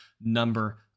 number